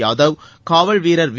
யாதவ் காவல் வீரர் வி